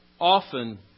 often